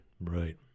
Right